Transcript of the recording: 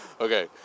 Okay